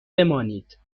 بمانید